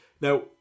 now